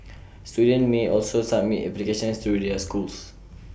students may also submit applications through their schools